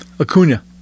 Acuna